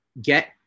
get